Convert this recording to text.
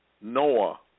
Noah